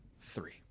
Three